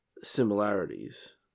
similarities